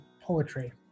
poetry